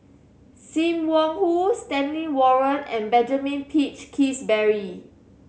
Sim Wong Hoo Stanley Warren and Benjamin Peach Keasberry